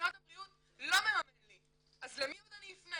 הוא מטופל